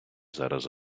зараз